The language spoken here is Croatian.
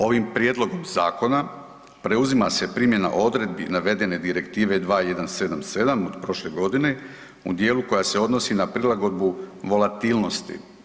Ovim prijedlogom zakona preuzima se primjena odredbi navedene Direktive 2117 od prošle godine u dijelu koja se odnosi na prilagodbu volatilnosti.